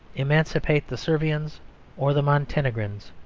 emancipate the servians or the montenegrins.